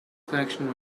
connection